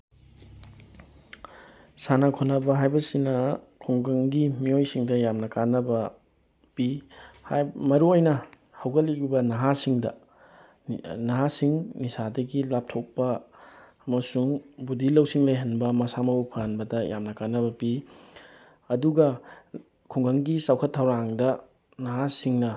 ꯁꯥꯟꯅ ꯈꯣꯠꯅꯕ ꯍꯥꯏꯕꯁꯤꯅ ꯈꯨꯡꯒꯪꯒꯤ ꯃꯤꯑꯣꯏꯁꯤꯡꯗ ꯌꯥꯝꯅ ꯀꯥꯟꯅꯕ ꯄꯤ ꯃꯔꯨ ꯑꯣꯏꯅ ꯍꯧꯒꯠꯂꯛꯏꯕ ꯅꯍꯥꯁꯤꯡꯗ ꯅꯍꯥꯁꯤꯡ ꯅꯤꯁꯥꯗꯒꯤ ꯂꯥꯞꯊꯣꯛꯄ ꯑꯃꯁꯨꯡ ꯕꯨꯗꯤ ꯂꯧꯁꯤꯡ ꯂꯩꯍꯟꯕ ꯃꯁꯥ ꯃꯎ ꯐꯍꯟꯕꯗ ꯌꯥꯝꯅ ꯀꯥꯟꯅꯕ ꯄꯤ ꯑꯗꯨꯒ ꯈꯨꯡꯒꯪꯒꯤ ꯆꯥꯎꯈꯠ ꯊꯧꯔꯥꯡꯗ ꯅꯥꯍꯥꯁꯤꯡꯅ